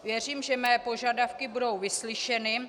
Věřím, že mé požadavky budou vyslyšeny.